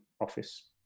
office